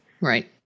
Right